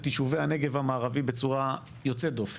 יישובי הנגב המערבי בצורה יוצאת דופן.